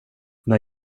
när